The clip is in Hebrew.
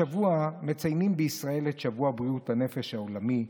השבוע מציינים בישראל את שבוע בריאות הנפש העולמי,